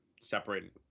separate